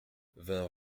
vingt